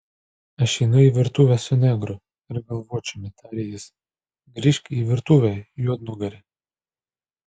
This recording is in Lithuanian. aš einu į virtuvę su negru ir galvočiumi tarė jis grįžk į virtuvę juodnugari